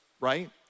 right